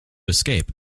escape